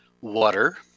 water